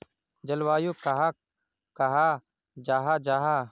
जलवायु कहाक कहाँ जाहा जाहा?